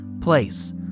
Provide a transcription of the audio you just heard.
place